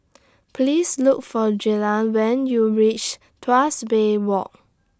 Please Look For Jalan when YOU REACH Tuas Bay Walk